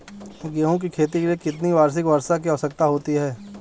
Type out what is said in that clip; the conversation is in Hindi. गेहूँ की खेती के लिए कितनी वार्षिक वर्षा की आवश्यकता होती है?